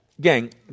Gang